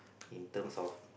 in terms of